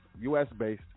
U.S.-based